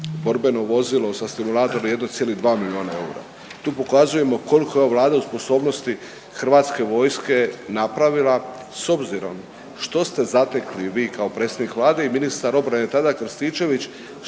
borbeno vozilo sa stimulatorom 1,2 milijuna eura. Tu pokazujemo koliko je ova Vlada u sposobnosti Hrvatske vojske napravila s obzirom što ste zatekli vi kao predsjednik Vlade i ministar obrane tada Krstičević